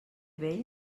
vell